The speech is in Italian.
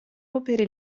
opere